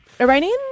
Iranian